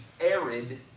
arid